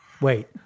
Wait